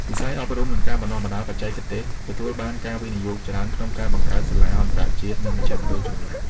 វិស័យអប់រំ និងការបណ្ដុះបណ្ដាលបច្ចេកទេស ទទួលបានការវិនិយោគច្រើនក្នុងការបង្កើតសាលាអន្តរជាតិ និងមជ្ឈមណ្ឌលជំនាញ។